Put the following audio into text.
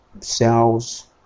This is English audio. cells